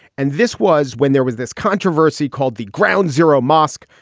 and this was when there was this controversy called the ground zero mosque,